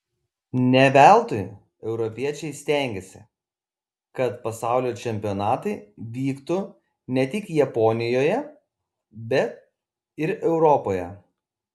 ne veltui europiečiai stengėsi kad pasaulio čempionatai vyktų ne tik japonijoje bet ir europoje